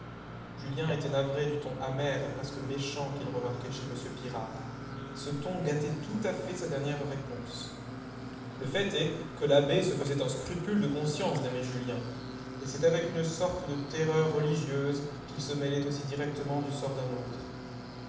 julien était navré du ton amer et presque méchant qu'il remarquait chez m pirard ce ton gâtait tout à fait sa dernière réponse le fait est que l'abbé se faisait un scrupule de conscience d'aimer julien et c'est avec une sorte de terreur religieuse qu'il se mêlait aussi directement du sort d'un autre